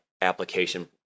application